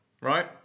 right